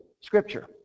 Scripture